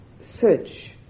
search